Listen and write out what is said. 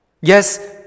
Yes